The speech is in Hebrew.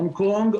הונג קונג,